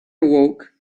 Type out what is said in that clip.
awoke